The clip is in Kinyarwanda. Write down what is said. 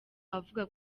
avuga